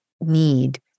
need